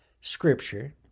Scripture